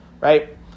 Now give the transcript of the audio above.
right